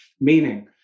Meaning